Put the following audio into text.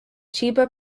chiba